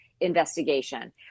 investigation